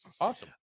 Awesome